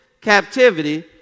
captivity